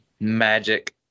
magic